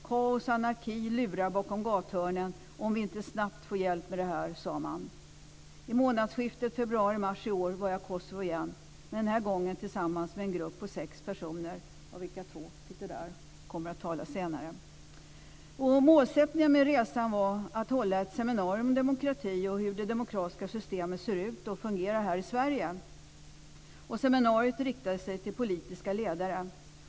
Kaos och anarki lurar bakom gathörnen om vi inte snabbt får hjälp med detta, sade man. I månadsskiftet februari/mars i år var jag i Kosovo igen, men den här gången tillsammans med en grupp på sex personer av vilka två sitter här och kommer att tala senare. Målsättningen med resan var att hålla ett seminarium om demokrati och hur det demokratiska systemet ser ut och fungerar här i Sverige. Seminariet riktade sig till politiska ledare.